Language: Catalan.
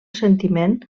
sentiment